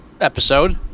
episode